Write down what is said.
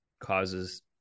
causes